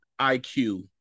IQ